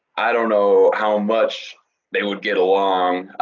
i don't know how much they would get along.